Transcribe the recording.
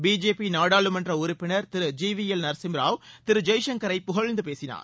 BJP நாடாளுமன்ற உறுப்பினர் திரு ஜி வி எல் நரசிம்மராவ் திரு ஜெய்சங்கரை புகழ்ந்து பேசினார்